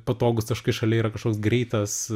patogūs taškai šalia yra kažkoks greitas